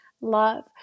love